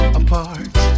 apart